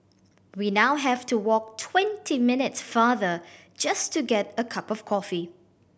we now have to walk twenty minutes farther just to get a cup of coffee